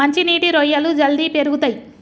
మంచి నీటి రొయ్యలు జల్దీ పెరుగుతయ్